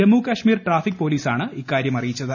Jammu Kashmir traffic പോലീസാണ് ഇക്കാരൃം അറിയിച്ചത്